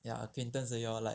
ya acquaintence 而已 lor like